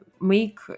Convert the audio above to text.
make